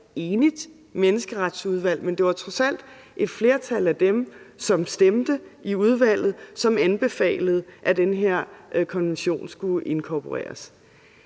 Menneskeretsudvalg, men der var trods alt et flertal af dem, som stemte i udvalget, der anbefalede, at den her konvention skulle inkorporeres.